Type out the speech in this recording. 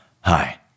Hi